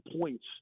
points